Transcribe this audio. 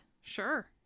sure